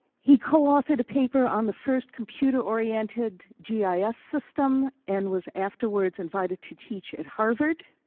he co-authored a paper on the first computer-oriented gis ah system and was afterwards invited to teach at harvard,